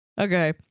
okay